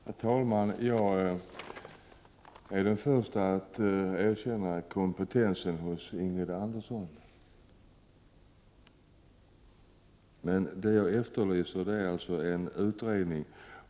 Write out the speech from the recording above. Herr talman! Jag är den förste att erkänna kompetensen hos Ingrid Andersson. Jag efterlyser alltså en utredning.